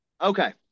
Okay